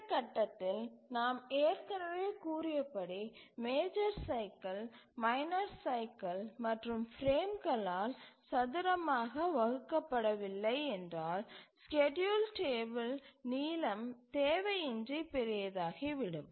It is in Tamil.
இந்த கட்டத்தில் நாம் ஏற்கனவே கூறியபடி மேஜர் சைக்கில் மைனர் சைக்கில் மற்றும் பிரேம்களால் சதுரமாகப் வகுக்கப்படவில்லை என்றால் ஸ்கேட்யூல் டேபிள் நீளம் தேவை இன்றி பெரியதாகிவிடும்